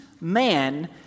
man